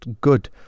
good